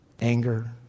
anger